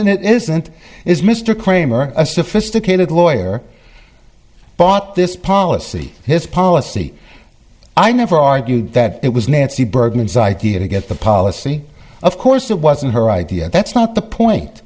reason it isn't is mr kramer a sophisticated lawyer thought this policy his policy i never argued that it was nancy bergman's idea to get the policy of course it wasn't her idea that's not the point